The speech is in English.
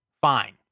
Fine